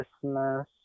Christmas